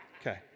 Okay